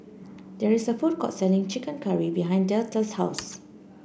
there is a food court selling chicken curry behind Deetta's house